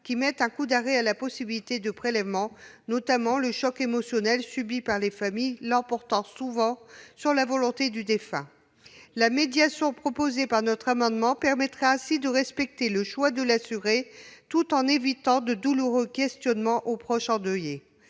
qui mettent un coup d'arrêt à un prélèvement possible, le choc émotionnel subi par les familles l'emportant souvent sur la volonté du défunt. La médiation prévue dans notre amendement permettrait de respecter le choix de l'assuré tout en évitant de douloureux questionnements aux proches endeuillés.